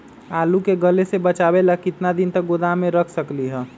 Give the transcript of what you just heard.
आलू के गले से बचाबे ला कितना दिन तक गोदाम में रख सकली ह?